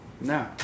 No